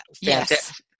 Yes